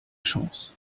chance